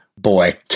boy